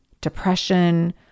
depression